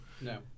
No